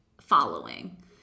following